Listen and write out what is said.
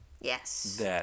Yes